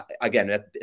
again